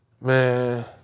man